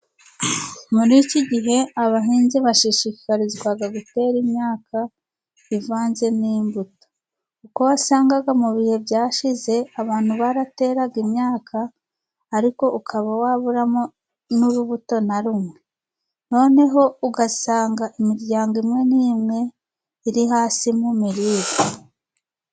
Muri iki gihe abahinzi bashishikarizwa gutera imyaka ivanze n'imbuto ,kuko wasangaga mu bihe byashize, abantu barateraga imyaka ariko ukaba waburamo n'urubuto na rumwe, noneho ugasanga imiryango imwe n'imwe iri hasi mu mirire.